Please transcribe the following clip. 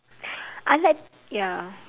I like ya